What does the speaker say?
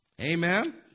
Amen